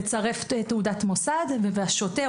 לצרף תעודת מוסד והשוטר,